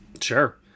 sure